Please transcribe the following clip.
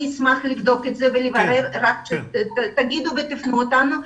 אני אשמח לבדוק את זה ולברר, רק תפנו אותנו לזה.